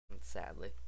Sadly